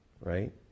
Right